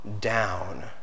down